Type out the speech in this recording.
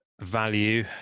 value